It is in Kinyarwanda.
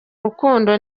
rukundo